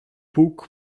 puk